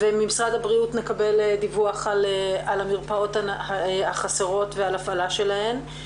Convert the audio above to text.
ממשרד הבריאות נקבל דיווח על המרפאות החסרות ועל ההפעלה שלהם.